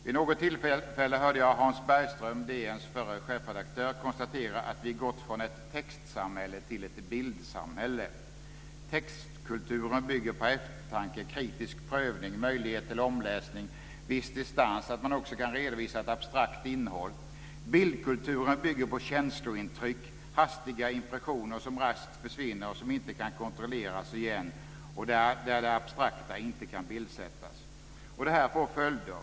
Vid något tillfälle hörde jag Hans Bergström, DN:s förre chefredaktör, konstatera att vi har gått från ett textsamhälle till ett bildsamhälle. Textkulturen bygger på eftertanke, kritisk prövning, möjlighet till omläsning, viss distans och på att man också kan redovisa ett abstrakt innehåll. Bildkulturen bygger på känslointryck, hastiga impressioner som raskt försvinner, som inte kan kontrolleras igen och där det abstrakta inte kan bildsättas. Det här får följder.